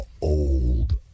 old